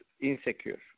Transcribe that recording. insecure